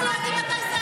איפה הייתם?